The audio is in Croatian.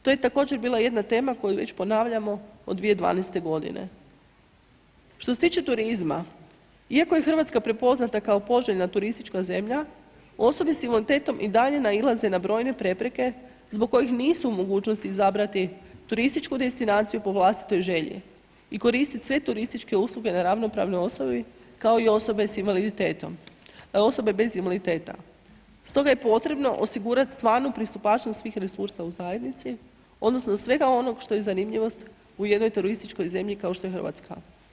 To je također bila jedna tema koju već ponavljamo od 2012. g. Što se tiče turizma, iako je Hrvatska prepoznata kao poželjna turistička zemlja, osobe sa invaliditetom i dalje nailaze na brojne prepreke zbog kojih nisu u mogućnosti izabrati turističku destinaciju po vlastitoj želji i koristiti sve turističke usluge na ravnopravnoj osnovi kao i osobe bez invaliditeta stoga je potrebno osigurati stvarnu pristupačnost svih resursa u zajednici odnosno iz svega onog što je zanimljivost u jednoj turističkoj zemlji kao što je Hrvatska.